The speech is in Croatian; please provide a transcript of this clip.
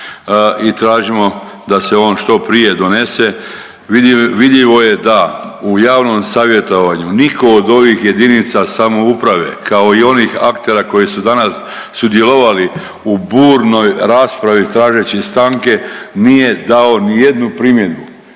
i tražimo da se on što prije donese. Vidljivo je da u javnom savjetovanju nitko od ovih jedinica samouprave kao i onih aktera koji su danas sudjelovali u burnoj raspravi tražeći stanke nije dao ni jednu primjedbu.